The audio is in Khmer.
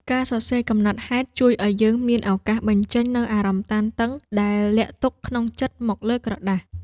ការសរសេរកំណត់ហេតុជួយឱ្យយើងមានឱកាសបញ្ចេញនូវអារម្មណ៍តានតឹងដែលលាក់ទុកក្នុងចិត្តមកលើក្រដាស។